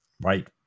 Right